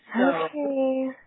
Okay